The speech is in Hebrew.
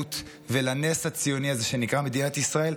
ליהדות ולנס הציוני הזה שנקרא מדינת ישראל.